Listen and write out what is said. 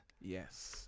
Yes